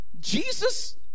jesus